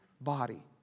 body